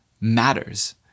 matters